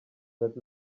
that